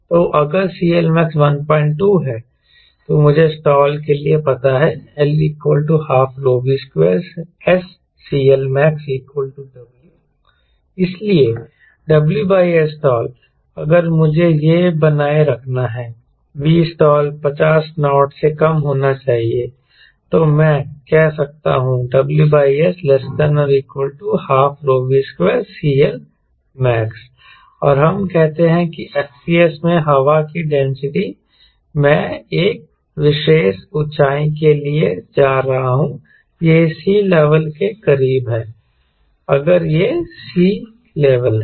तो अगर CLmax 12 है तो मुझे स्टाल के लिए पता है L 12 ρ V2 SCLmax W इसलिए WSstall अगर मुझे यह बनाए रखना है Vstall 50 नॉट से कम होना चाहिए तो मैं कह सकता हूं WSstall≤ 1 2 ρ V2 CLmax और हम कहते हैं कि FPS में हवा की डेंसिटी मैं एक विशेष ऊंचाई के लिए ले जा रहा हूं यह सी लेवल के करीब हैअगर यह सी लेवल है